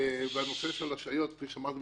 בנושא של השעיות כפי שאמרת,